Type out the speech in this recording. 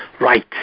Right